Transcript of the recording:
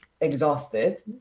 exhausted